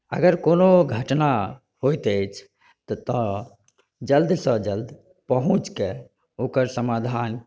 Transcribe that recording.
अगर कोनो घटना होइत अछि तऽ जल्द सँ जल्द पहुँचके ओकर समाधान